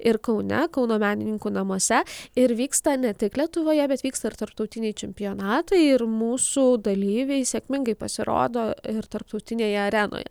ir kaune kauno menininkų namuose ir vyksta ne tik lietuvoje bet vyksta ir tarptautiniai čempionatai ir mūsų dalyviai sėkmingai pasirodo ir tarptautinėje arenoje